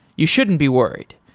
you shouldn't be worried.